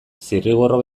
zirriborro